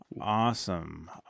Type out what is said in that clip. Awesome